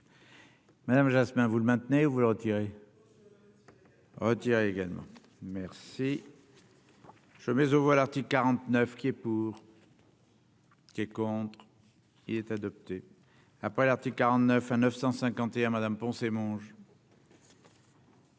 Madame Jasmin, vous le maintenez-vous retirer. Thierry également merci. Je mise aux voix, l'article 49 qui est pour. Qui est contre, il est adopté. Après l'article 49 951 madame Poncet mange.